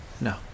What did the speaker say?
No